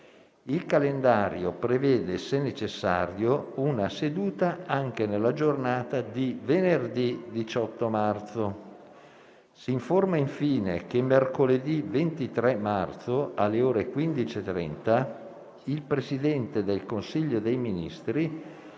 Il calendario prevede, se necessario, una seduta anche nella giornata di venerdì 18 marzo. Si informa, infine, che mercoledì 23 marzo, alle ore 15,30, il Presidente del Consiglio dei ministri